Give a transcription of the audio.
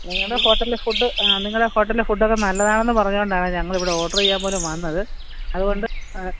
നിങ്ങളുടെ ഹോട്ടലിലെ ഫുഡ് നിങ്ങളുടെ ഹോട്ടലിലെ ഫുഡ് ഒക്കെ നല്ലതാണെന്ന് പറഞ്ഞതുകൊണ്ടാണ് ഞങ്ങൾ ഇവിടെ ഓർഡർ ചെയ്യാൻ പോലും വന്നത് അതുകൊണ്ട്